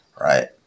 right